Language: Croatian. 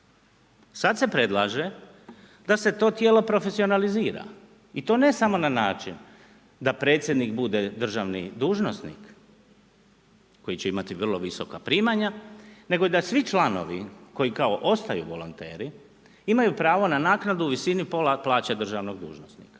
Sad se predlaže da se to tijelo profesionalizira i to ne samo na način da predsjednik bude državni dužnosnik koji će imati vrlo visoka primanja, nego da svi članovi koji kao ostaju volonteri imaju pravo na naknadu u visini pola plaće državnog dužnosnika.